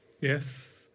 Yes